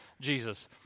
Jesus